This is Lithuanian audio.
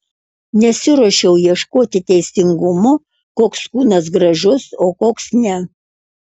nesiruošiau ieškoti teisingumo koks kūnas gražus o koks ne